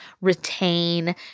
retain